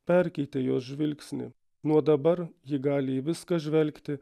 perkeitė jos žvilgsnį nuo dabar ji gali į viską žvelgti